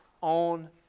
on